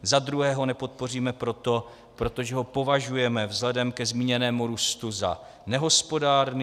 Za druhé ho nepodpoříme proto, protože ho považujeme vzhledem ke zmíněnému růstu za nehospodárný.